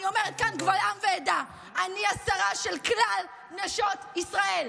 אני אומרת כאן קבל עם ועדה: אני השרה של כלל נשות ישראל.